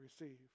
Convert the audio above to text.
receive